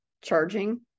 charging